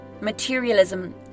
materialism